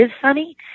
sunny